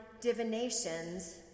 divinations